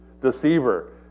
Deceiver